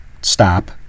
stop